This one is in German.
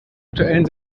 aktuellen